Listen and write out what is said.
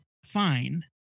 fine